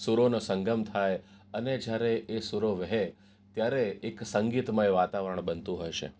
સુરોનો સંગમ થાય અને જ્યારે સુરો વહે ત્યારે એક સંગીતમય વાતાવરણ બનતું હોય છે